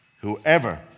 Whoever